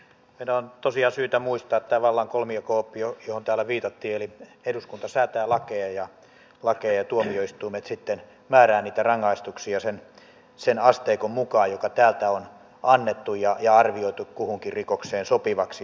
meidän on tosiaan syytä muistaa tämä vallan kolmijako oppi johon täällä viitattiin eli eduskunta säätää lakeja ja tuomioistuimet sitten määräävät niitä rangaistuksia sen asteikon mukaan joka täältä on annettu ja arvioitu kuhunkin rikokseen sopivaksi